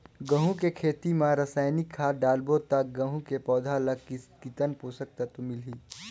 गंहू के खेती मां रसायनिक खाद डालबो ता गंहू के पौधा ला कितन पोषक तत्व मिलही?